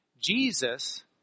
Jesus